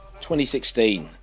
2016